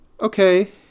Okay